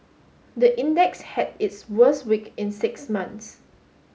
the index had its worst week in six months